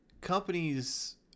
companies